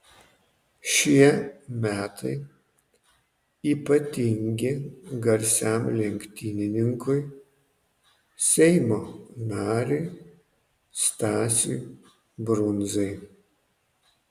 šie metai ypatingi garsiam lenktynininkui seimo nariui stasiui brundzai